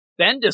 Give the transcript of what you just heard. Bendis